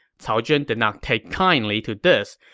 cao zhen did not take kindly to this,